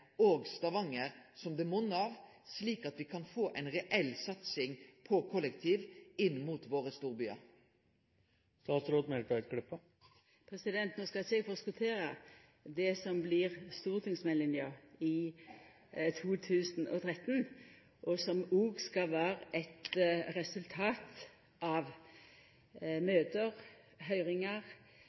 og i Stavanger som monnar, slik at me kan få ei reell satsing på kollektiv inn mot våre storbyar? No skal ikkje eg forskottera stortingsmeldinga i 2013, som òg skal vera eit resultat av møte, av høyringar